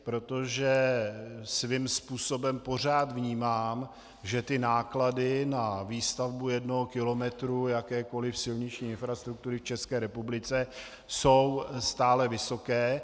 Protože svým způsobem pořád vnímám, že náklady na výstavbu jednoho kilometru jakékoli silniční infrastruktury v České republice jsou stále vysoké.